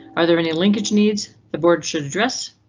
are there any linkage needs the board should address?